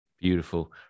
Beautiful